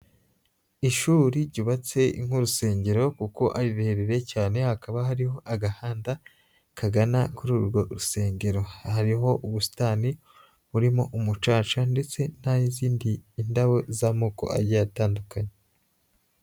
Ishuri ryubatse nk'urusengero kuko ari rirerire cyane, hakaba hariho agahanda kagana kuri urwo rusengero, hariho ubusitani burimo umucaca ndetse n'ay'izindi ndabo z'amoko agiye atandukanye.